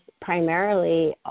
primarily